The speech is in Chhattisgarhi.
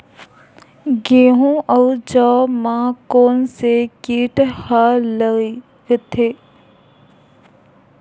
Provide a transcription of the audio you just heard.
गेहूं अउ जौ मा कोन से कीट हा लगथे?